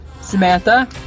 Samantha